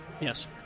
Yes